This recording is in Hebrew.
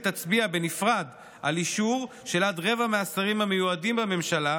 תצביע בנפרד על אישור של עד רבע מהשרים המיועדים בממשלה,